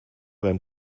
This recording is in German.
beim